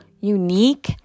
unique